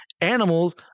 animals